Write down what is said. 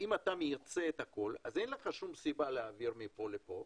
אם אתה מייצא את הכול אז אין לך סיבה להעביר מפה לפה.